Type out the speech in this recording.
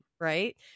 right